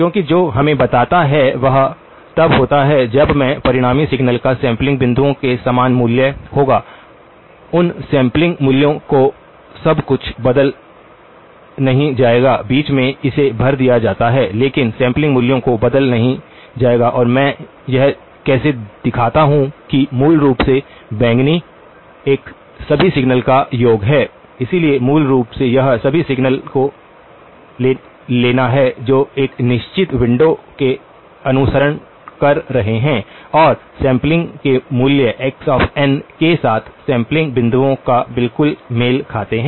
क्योंकि जो हमें बताता है वह तब होता है जब मैं 2536 परिणामी सिग्नल का सैंपलिंग बिंदुओं के समान मूल्य होगा उन सैंपलिंग मूल्यों को सब कुछ बदल नहीं जाएगा बीच में इसे भर दिया जाता है लेकिन सैंपलिंग मूल्यों को बदल नहीं जाएगा और मैं यह कैसे दिखाता हूं कि मूल रूप से बैंगनी एक सभी सिग्नल्स का योग है इसलिए मूल रूप से यह 2559 सभी सिग्नल्स को लेना है जो एक निश्चित विंडो में अनुसरण कर रहे हैं और सैंपलिंग के मूल्य x n के साथ सैंपलिंग बिंदुओं पर बिल्कुल मेल खाते हैं